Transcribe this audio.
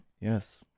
Yes